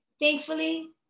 thankfully